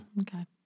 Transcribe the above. Okay